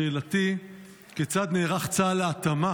שאלותיי: 1. כיצד נערך צה"ל להתאמה